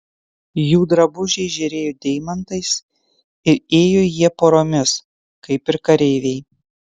jų drabužiai žėrėjo deimantais ir ėjo jie poromis kaip ir kareiviai